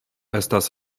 estas